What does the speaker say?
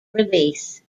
release